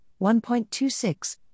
1.26